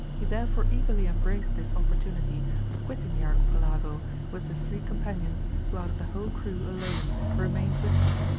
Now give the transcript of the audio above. he therefore eagerly embraced this opportunity of quitting the archipelago with the three companions who out of the whole crew alone remained with him.